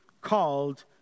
called